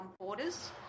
borders